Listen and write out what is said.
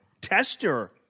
Tester